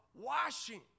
washing